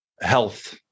health